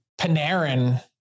Panarin